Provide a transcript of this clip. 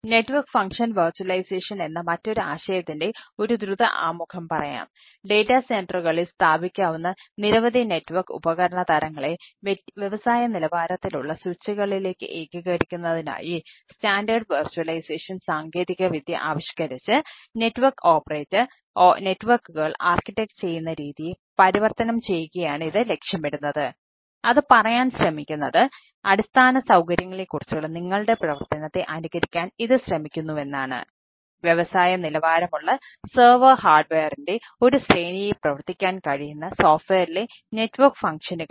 network function virtualisation വിവിധ സ്ഥലങ്ങളിലേക്ക് നീക്കാൻ കഴിയും